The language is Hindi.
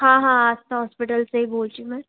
हाँ हाँ आस्था हॉस्पिटल से ही बोल रही हूँ मैं